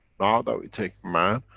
now that we take man,